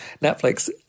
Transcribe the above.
Netflix